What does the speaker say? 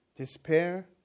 Despair